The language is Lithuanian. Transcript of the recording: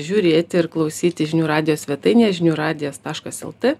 žiūrėti ir klausyti žinių radijo svetainėje žinių radijas taškas lt